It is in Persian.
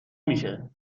میشه